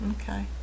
Okay